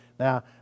Now